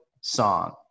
song